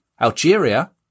Algeria